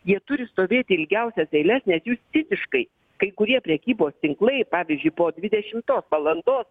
jie turi stovėti ilgiausias eiles nes jūs tipiškai kai kurie prekybos tinklai pavyzdžiui po dvidešimtos valandos